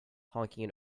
honking